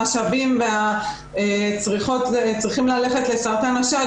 המשאבים צריכים ללכת לסרטן השד,